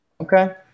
Okay